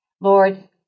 Lord